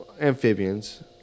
Amphibians